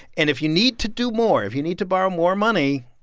and if you need to do more, if you need to borrow more money,